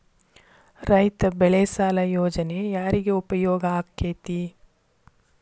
ರೈತ ಬೆಳೆ ಸಾಲ ಯೋಜನೆ ಯಾರಿಗೆ ಉಪಯೋಗ ಆಕ್ಕೆತಿ?